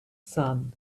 son